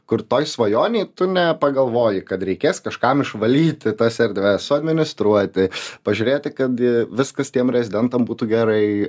kur toj svajonėj tu nepagalvoji kad reikės kažkam išvalyti tas erdves suadministruoti pažiūrėti kad viskas tiem rezidentam būtų gerai